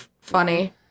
funny